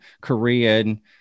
Korean